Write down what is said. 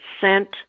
sent